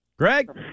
Greg